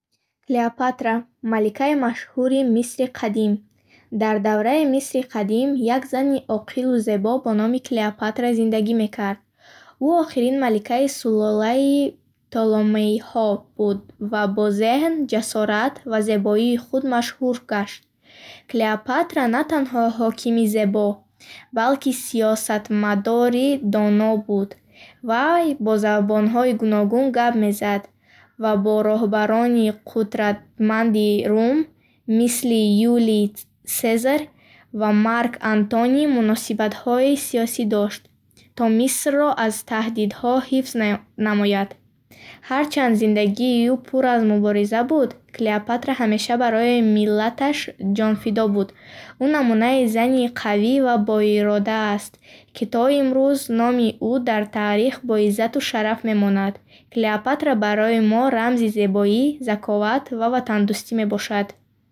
Клеопатра маликаи машҳури Мисри Қадим. Дар давраи Мисри Қадим, як зани оқилу зебо бо номи Клеопатра зиндагӣ мекард. Ӯ охирин маликаи сулолаи Птоломейҳо буд ва бо зеҳн, ҷасорат ва зебоии худ машҳур гашт. Клеопатра на танҳо ҳокими зебо, балки сиёсатмадори доно буд. Вай бо забонҳои гуногун гап мезад ва бо роҳбарони қудратманди Рум, мисли Юлий Сезар ва Марк Антоний, муносибатҳои сиёсӣ дошт, то Мисрро аз таҳдидҳо ҳифз най- намояд. Ҳарчанд зиндагии ӯ пур аз мубориза буд, Клеопатра ҳамеша барои миллаташ ҷонфидо буд. Ӯ намунаи зани қавӣ ва боирода аст, ки то имрӯз номи ӯ дар таърих бо иззату шараф мемонад. Клеопатра барои мо рамзи зебоӣ, заковат ва ватандӯстӣ мебошад.